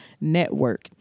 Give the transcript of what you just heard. Network